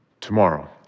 tomorrow